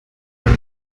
man